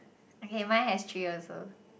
okay mine has three also